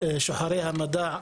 שוחרי המדע בארץ,